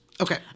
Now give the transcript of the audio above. Okay